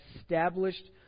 established